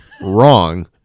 wrong